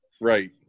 Right